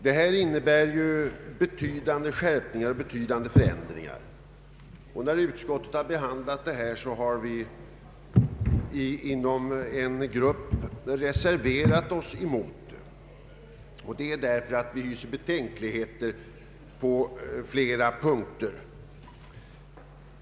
Detta innebär stora förändringar i jämförelse med nuvarande förhållanden, och vid utskottets behandling av propositionen har en grupp ledamöter, i vilken jag ingår, reserverat sig mot utskottets förslag. Vi har gjort det därför att vi hyser betänkligheter på flera punkter.